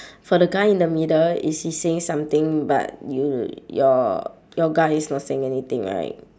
for the guy in the middle is he saying something but you your your guy is not saying anything right